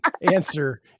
answer